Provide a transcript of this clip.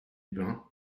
ben